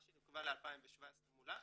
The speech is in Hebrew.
מה שנקבע ל-2017 מולא.